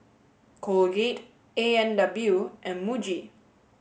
Colgate A and W and Muji